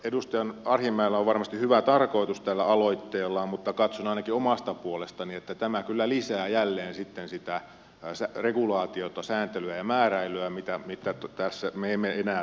edustaja arhinmäellä on varmasti hyvä tarkoitus tällä aloitteellaan mutta katson ainakin omasta puolestani että tämä kyllä lisää jälleen sitten sitä regulaatiota sääntelyä ja määräilyä mitä tässä me emme enää tarvitse